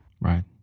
Right